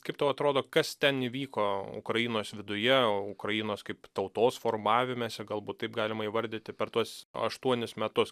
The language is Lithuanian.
kaip tau atrodo kas ten įvyko ukrainos viduje ukrainos kaip tautos formavimesi galbūt taip galima įvardyti per tuos aštuonis metus